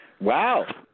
Wow